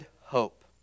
hope